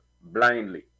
blindly